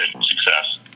success